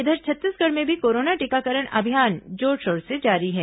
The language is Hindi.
इधर छत्तीसगढ़ में भी कोरोना टीकाकरण अभियान जोरशोर से जारी है